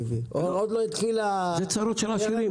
זה צרות של עשירים.